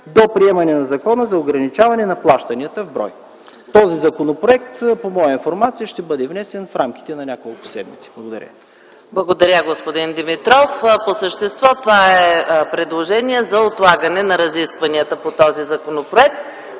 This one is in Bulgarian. до приемане на Закона за ограничаване на плащанията в брой. Този законопроект по моя информация ще бъде внесен в рамките на няколко седмици. Благодаря ви. ПРЕДСЕДАТЕЛ ЕКАТЕРИНА МИХАЙЛОВА: Благодаря, господин Димитров. По същество това е предложение за отлагане на разискванията по този законопроект.